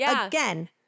again